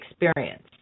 experience